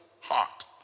heart